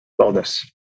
wellness